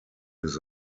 des